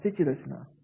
संस्थेची रचना